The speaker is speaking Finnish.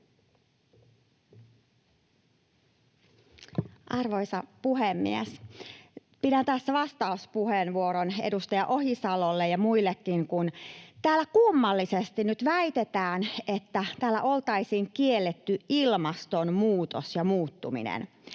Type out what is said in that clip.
Arvoisa puhemies! Pidän tässä vastauspuheenvuoron edustaja Ohisalolle ja muillekin, kun täällä kummallisesti nyt väitetään, että täällä oltaisiin kielletty ilmastonmuutos ja muuttuminen.